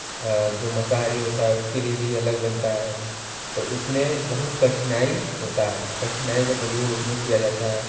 जो मांसाहारी होता है उसके लिए भी अलग बनता है तो उसमें बहुत कठिनाई होता है कठिनाई का प्रयोग उसमें किया जाता है